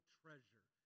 treasure